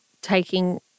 taking